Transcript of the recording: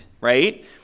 right